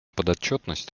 подотчетность